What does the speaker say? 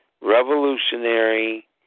revolutionary